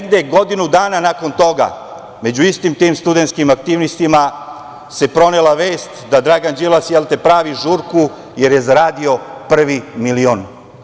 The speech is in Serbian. Godinu dana nakon toga među istim tim studentskim aktivistima se pronela vest da Dragan Đilas pravi žurku jer je zaradio prvi milion.